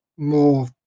more